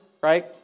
Right